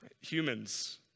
humans